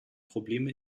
probleme